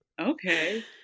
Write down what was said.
Okay